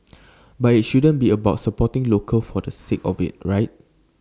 but IT shouldn't be about supporting local for the sake of IT right